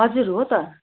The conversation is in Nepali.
हजुर हो त